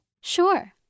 Sure